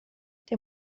der